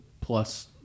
plus